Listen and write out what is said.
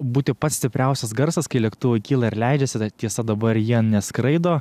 būti pats stipriausias garsas kai lėktuvai kyla ir leidžiasi tiesa dabar jie neskraido